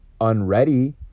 unready